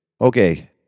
Okay